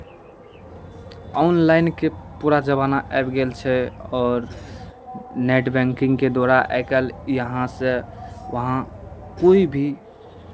ऑनलाइनके पूरा जमाना आबि गेल छै आओर नेट बैंकिंगके द्वारा आइ काल्हि यहाँसँ वहाँ कोइ भी